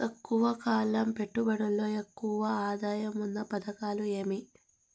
తక్కువ కాలం పెట్టుబడిలో ఎక్కువగా ఆదాయం ఉన్న పథకాలు ఏమి?